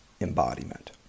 embodiment